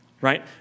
right